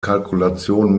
kalkulation